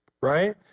right